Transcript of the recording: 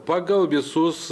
pagal visus